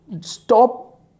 stop